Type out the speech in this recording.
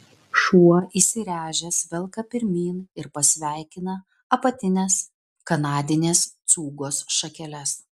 šuo įsiręžęs velka pirmyn ir pasveikina apatines kanadinės cūgos šakeles